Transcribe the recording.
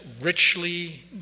richly